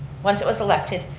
once it was elected,